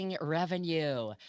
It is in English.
revenue